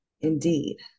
Indeed